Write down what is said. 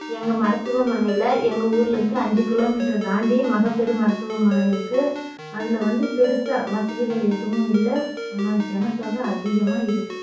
எங்கள் மருத்துவமனையில் எங்கள் ஊர்லேருந்து அஞ்சு கிலோமீட்டர் தாண்டி மகப்பேறு மருத்துவமனை இருக்கு அதில் வந்து பெருசாக வசதிகள் எதுவும் இல்லை ஆனால் ஜனத்தொக அதிகமாக இருக்கு